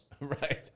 Right